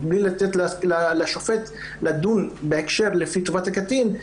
ובלי לתת לשופט לדון בהקשר לפי טובת הקטין,